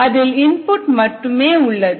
அதில் இன்புட் மட்டுமே உள்ளது